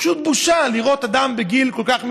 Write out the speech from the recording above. פשוט בושה לראות אדם בגיל כל כך מבוגר,